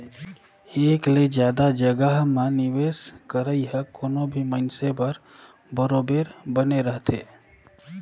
एक ले जादा जगहा में निवेस करई ह कोनो भी मइनसे बर बरोबेर बने रहथे